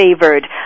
favored